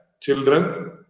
children